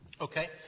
Okay